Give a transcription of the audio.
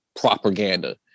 propaganda